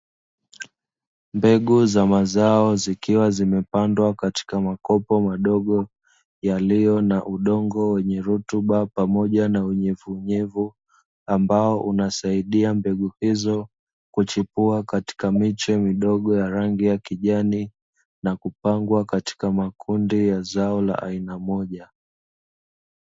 Mbegu za mazao zikiwa zimepandwa katika makopo madogo yaliyo na udongo wenye rutuba pamoja na unyevuunyevu, ambao unasaidia mbegu hizo kuchipua katika miche midogo ya rangi ya kijani na kupangwa katika makundi ya zao la aina moja.